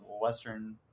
western